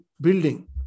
building